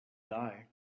die